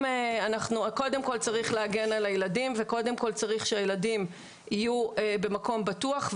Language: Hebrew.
קודם כל צריך להגן על הילדים וצריך שהם יהיו במקום בטוח.